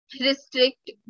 restrict